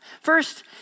First